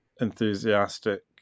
enthusiastic